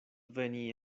veni